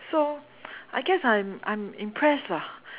so I guess I'm I'm impressed lah